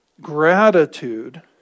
gratitude